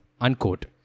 Unquote